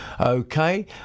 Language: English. Okay